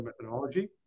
methodology